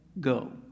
go